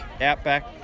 outback